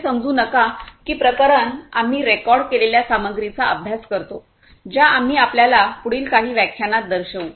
असे समजू नका की प्रकरण आम्ही रेकॉर्ड केलेल्या सामग्रीचा अभ्यास करतो ज्या आम्ही आपल्याला पुढील काही व्याख्यानात दर्शवू